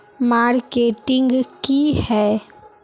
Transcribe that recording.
Marketing की है?